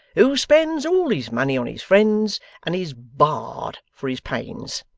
who spends all his money on his friends and is bah d for his pains.